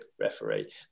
referee